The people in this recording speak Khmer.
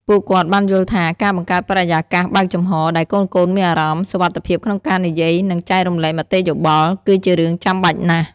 ពួកគាត់បានយល់ថា ការបង្កើតបរិយាកាសបើកចំហរ ដែលកូនៗមានអារម្មណ៍ សុវត្ថិភាពក្នុងការនិយាយ និងចែករំលែកមតិយោបល់ គឺជារឿងចាំបាច់ណាស់។